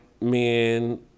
men